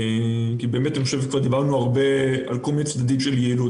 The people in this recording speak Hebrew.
כי דיברנו הרבה על כל מיני צדדים של יעילות.